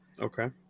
okay